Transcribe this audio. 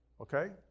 okay